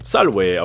Salve